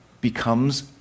becomes